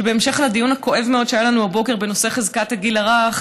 שבהמשך לדיון הכואב מאוד שהיה לנו הבוקר בנושא חזקת הגיל הרך,